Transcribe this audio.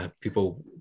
people